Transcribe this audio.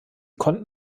konnten